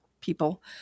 people